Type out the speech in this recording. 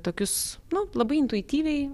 tokius nu labai intuityviai